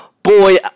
Boy